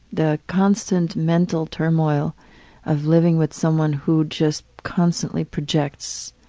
the constant mental turmoil of living with someone who just constantly projects.